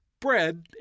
Bread